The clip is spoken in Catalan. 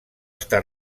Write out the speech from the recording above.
està